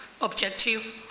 objective